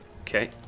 Okay